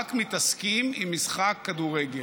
רק מתעסקים עם משחק כדורגל.